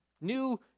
new